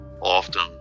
Often